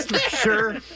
Sure